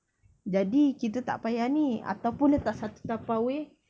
jadi kita tak payah ni ataupun letak satu tupperware